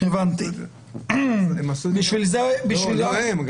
לא רק הם.